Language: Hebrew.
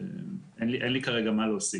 שאין לי כרגע מה להוסיף.